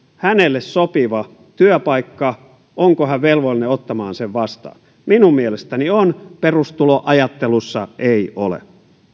hänelle sopiva työpaikka onko hän velvollinen ottamaan sen vastaan minun mielestäni on perustuloajattelussa ei ole